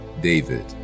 David